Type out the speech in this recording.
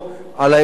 של ההמשך,